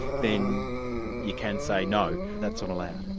then you can say no, that's not allowed'.